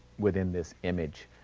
within this image.